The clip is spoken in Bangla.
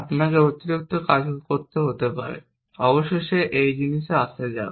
আপনাকে অতিরিক্ত কাজ করতে হতে পারে অবশেষে এই জিনিসে আসা যাক